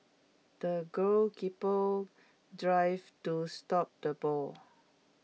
the goalkeeper dived to stop the ball